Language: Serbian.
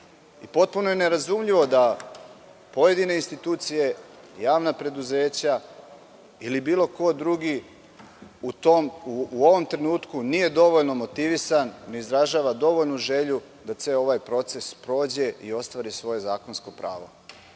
imovina. Potpuno je nerazumljivo da pojedine institucije, javna preduzeća ili bilo ko drugi u ovom trenutku nije dovoljno motivisan, ne izražava dovoljnu želju da ceo ovaj proces prođe i ostvari svoje zakonsko pravo.